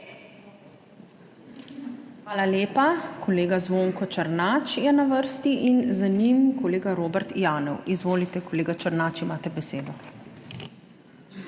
Hvala lepa. Kolega Zvonko Černač je na vrsti in za njim kolega Robert Jana. Izvolite, kolega Černač, imate besedo.